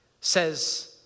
says